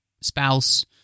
spouse